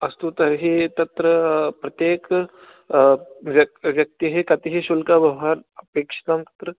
अस्तु तर्हि तत्र प्रत्येक व्यक्तेः कति शुल्कं भवान् अपेक्षितमत्र